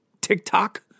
TikTok